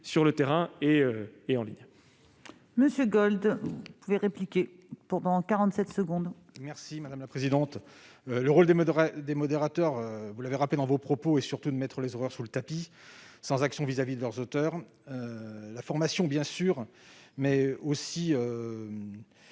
sur le terrain et en ligne.